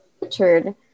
Richard